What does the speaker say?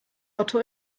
otto